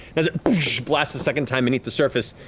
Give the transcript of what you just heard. as it blasts a second time beneath the surface.